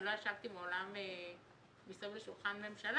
אני לא ישבתי מעולם מסביב לשולחן ממשלה,